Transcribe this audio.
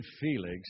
Felix